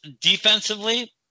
Defensively